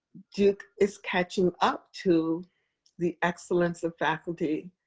duke is catching up to the excellence of faculty,